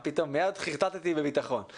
שהם קבוצות של עד 18,